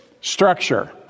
structure